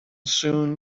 soon